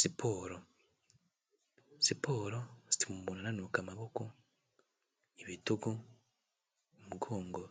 Siporo, siporo zituma umuntu ananuka amaboko, ibitugu, umugongo